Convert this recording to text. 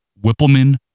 Whippleman